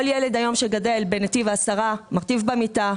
כל ילד שגדל היום בנתיב העשרה מרטיב במיטה,